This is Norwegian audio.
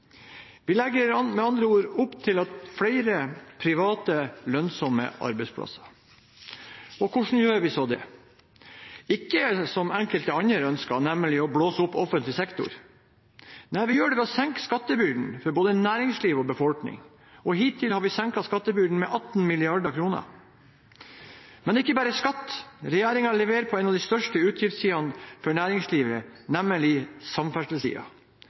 Vi legger med andre ord opp til flere private lønnsomme arbeidsplasser. Hvordan gjør vi så det? Ikke som enkelte andre ønsker, nemlig ved å blåse opp offentlig sektor. Nei, vi gjør det ved å senke skattebyrden for både næringsliv og befolkning, og hittil har vi senket skattebyrden med 18 mrd. kr. Men det er ikke bare skatt. Regjeringen leverer på en av de største utgiftssidene for næringslivet, nemlig